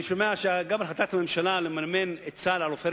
שגם מהחלטת הממשלה לממן את סל "עופרת